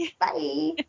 Bye